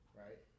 right